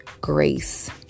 grace